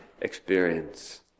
experience